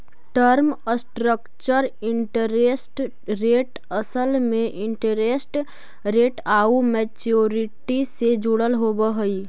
term structure interest rate असल में interest rate आउ मैच्योरिटी से जुड़ल होवऽ हई